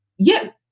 yeah,